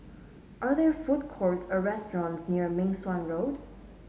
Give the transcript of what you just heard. are there food courts or restaurants near Meng Suan Road